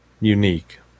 unique